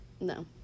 no